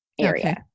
area